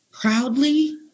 proudly